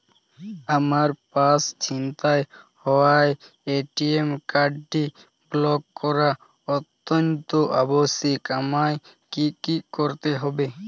আমার পার্স ছিনতাই হওয়ায় এ.টি.এম কার্ডটি ব্লক করা অত্যন্ত আবশ্যিক আমায় কী কী করতে হবে?